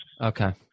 Okay